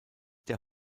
der